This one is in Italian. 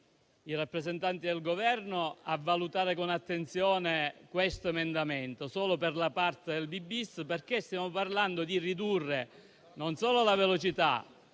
i rappresentanti del Governo a valutare con attenzione questo emendamento, solo per la parte della lettera *b*-bis), perché stiamo parlando di ridurre non solo la velocità,